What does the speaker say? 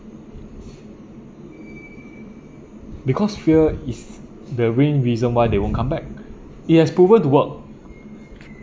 because fear is the main reason why they won't come back it has proven to work